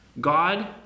God